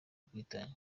ubwitange